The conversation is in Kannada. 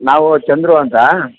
ನಾವು ಚಂದ್ರು ಅಂತ